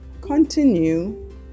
continue